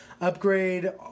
upgrade